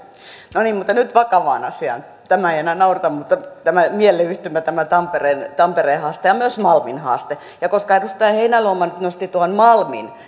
mutta nyt vakavaan asiaan tämä ei enää naurata mutta tämä mielleyhtymä tämä tampereen tampereen haaste ja myös malmin haaste koska edustaja heinäluoma nosti tuon malmin